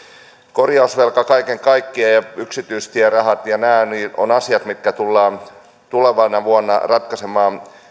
korjausvelka kaiken kaikkiaan ja yksityistierahat ja nämä ovat asiat mitkä tullaan tulevana vuonna ratkaisemaan